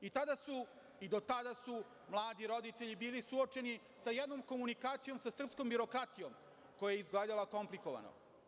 Do tada su mladi roditelji bili suočeni sa jednom komunikacijom sa srpskom birokratijom koja je izgledala komplikovano.